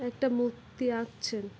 একটা মূর্তি আঁকছেন